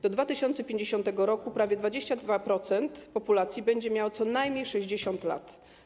Do 2050 r. prawie 22% populacji będzie miało co najmniej 60 lat.